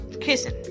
kissing